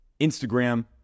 Instagram